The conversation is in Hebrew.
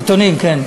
עיתונים, כן.